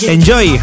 Enjoy